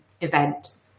event